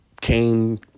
came